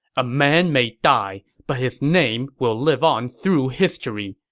a man may die, but his name will live on through history.